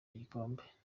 igikombe